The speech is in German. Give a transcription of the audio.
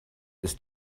ist